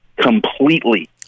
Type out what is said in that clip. completely